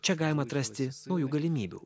čia galima atrasti naujų galimybių